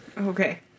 Okay